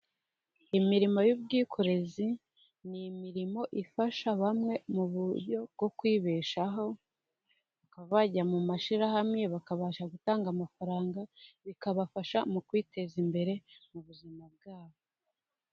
Imirimo y'ubwikorezi ni imirimo ifasha bamwe mu buryo bwo kwibeshaho, bakaba bajya mu mashyirahamwe bakabasha gutanga amafaranga bikabafasha mu kwiteza imbere mu buzima bwabo.